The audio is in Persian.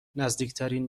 نزدیکترین